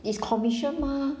it's commission mah